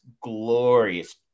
glorious